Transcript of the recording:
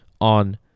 on